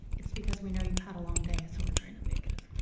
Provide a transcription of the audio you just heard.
it's because we know you've had a long day so we're trying to make it as quick.